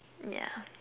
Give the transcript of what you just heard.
yeah